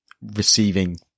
receiving